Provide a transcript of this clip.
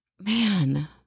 Man